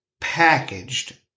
packaged